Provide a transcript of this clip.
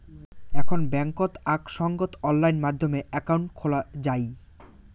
এখন বেংকত আক সঙ্গত অনলাইন মাধ্যমে একাউন্ট খোলা যাই